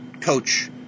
coach